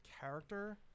character